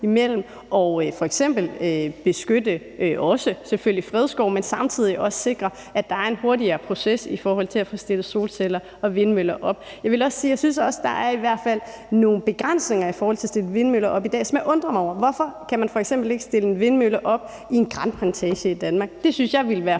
selvfølgelig også at beskytte f.eks. fredskov, men samtidig også sikre, at der er en hurtigere proces i forhold til at få stillet solceller og vindmøller op. Jeg vil også sige, at jeg også synes, der i hvert fald er nogle begrænsninger i forhold til at stille vindmøller op i dag, som jeg undrer mig over. Hvorfor kan man f.eks. ikke stille en vindmølle op i en granplantage i Danmark? Det synes jeg ville være